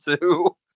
Two